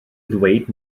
ddweud